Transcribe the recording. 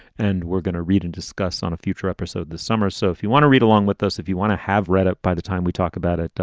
and we're going to read and discuss on a future episode this summer. so if you want to read along with those, if you want to have read it. by the time we talk about it,